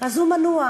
אז הוא מנוע.